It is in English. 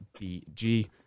BG